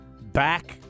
back